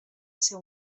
seu